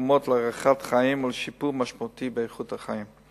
תורמות להארכת חיים או לשיפור משמעותי באיכות החיים.